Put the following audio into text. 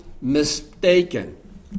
mistaken